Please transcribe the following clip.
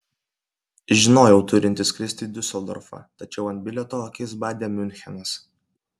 žinojau turinti skristi į diuseldorfą tačiau ant bilieto akis badė miunchenas